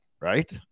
Right